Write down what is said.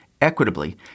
equitably